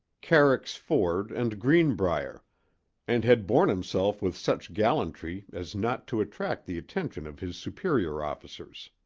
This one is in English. carrick's ford and greenbrier and had borne himself with such gallantry as not to attract the attention of his superior officers.